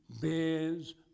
bears